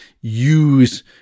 use